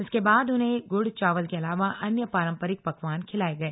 इसके बाद उन्हें गुड़ चावल के अलावा अन्य पारंपरिक पकवान खिलाये गए